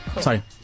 Sorry